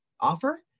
offer